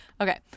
Okay